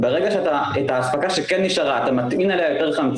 וברגע שמטעינים על האספקה שכן נשארה יותר חמצן